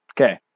Okay